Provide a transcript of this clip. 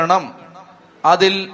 Adil